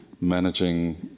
managing